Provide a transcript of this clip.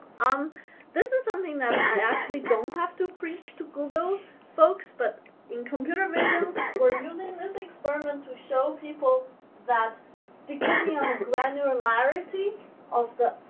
um this is something that i actually don't have to preach to google folks but in computer vision, we're using this experiment to show people that depending on the and granularity of the